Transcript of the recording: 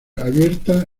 abierta